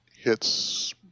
hits